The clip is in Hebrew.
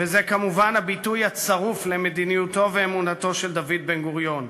וזה כמובן הביטוי הצרוף למדיניותו ואמונתו של דוד בן-גוריון.